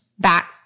back